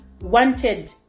wanted